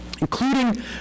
Including